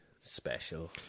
special